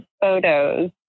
photos